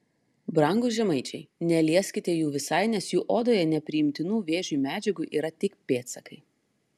brangūs žemaičiai nelieskite jų visai nes jų odoje nepriimtinų vėžiui medžiagų yra tik pėdsakai